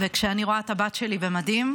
וכשאני רואה את הבת שלי במדים,